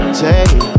take